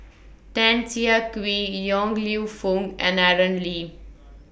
Tan Siah Kwee Yong Lew Foong and Aaron Lee